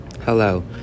Hello